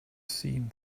seen